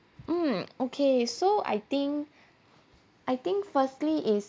mm okay so I think I think firstly is